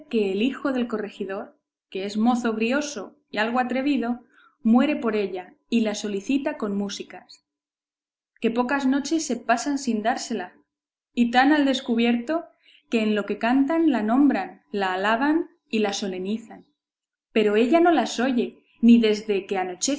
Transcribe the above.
el hijo del corregidor que es mozo brioso y algo atrevido muere por ella y la solicita con músicas que pocas noches se pasan sin dársela y tan al descubierto que en lo que cantan la nombran la alaban y la solenizan pero ella no las oye ni desde que anochece